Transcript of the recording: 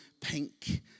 Pink